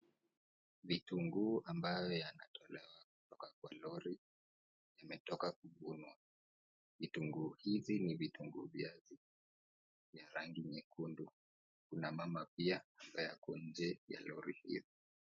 vitunguu ambayo yametoka kwa lori imetoka kununuliwa, vitungu hivi ni vitungu vya rangi nyekundu kuna mama pia ambaye ako nje ya lori hiyo